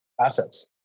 assets